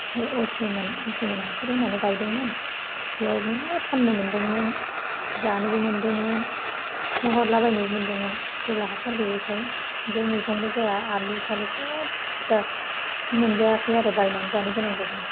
सेमोन हासार होनानै गायदोंमोन बेयाव मेरला फाननो मोनदोंमोन जानोबो मोनदोंमोन बिदिनो हरला बायनोबो मोनदोंमोन देग्लाय हासार गैयिखाय मैगंबो जाया आलु सालु सोब मोनजायाखै आरो बायनानै जानो गोनां जादों